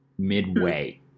Midway